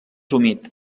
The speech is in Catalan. humit